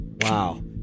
Wow